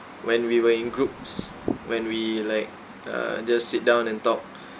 when we were in groups when we like uh just sit down and talk